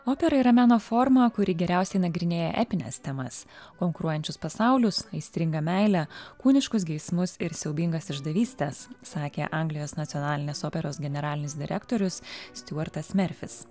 opera yra meno forma kuri geriausiai nagrinėja epines temas konkuruojančius pasaulius aistringą meilę kūniškus geismus ir siaubingas išdavystės sakė anglijos nacionalinės operos generalinis direktorius stiuartas merfis